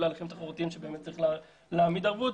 להליכים תחרותיים שצריך להעמיד בהם ערבות.